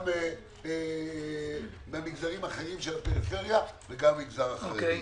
גם ממגזרים של הפריפריה וגם מהמגזר החרדי.